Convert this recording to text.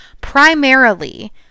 primarily